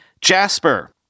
Jasper